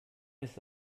ist